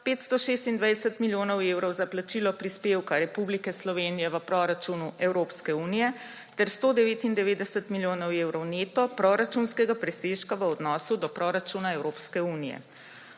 526 milijonov evrov za plačilo prispevka Republike Slovenije v proračunu Evropske unije ter 199 milijonov evrov neto proračunskega presežka v odnosu do proračuna Evropske unije.